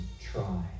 try